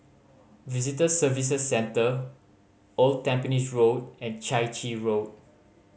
Visitor Services Centre Old Tampines Road and Chai Chee Road